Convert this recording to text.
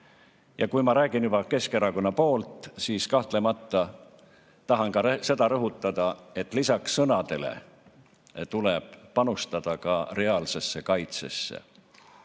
Kui ma räägin juba Keskerakonna poolt, siis kahtlemata tahan rõhutada ka seda, et lisaks sõnadele tuleb panustada reaalsesse kaitsesse.